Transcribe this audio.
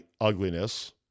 ugliness